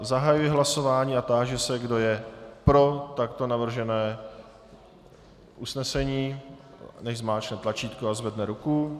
Zahajuji hlasování a táži se, kdo je pro takto navržené usnesení, nechť zmáčkne tlačítko a zvedne ruku.